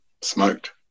smoked